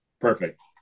perfect